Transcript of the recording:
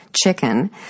chicken